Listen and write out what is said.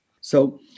So-